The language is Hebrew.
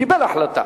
קיבל החלטה.